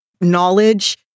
knowledge